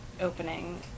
opening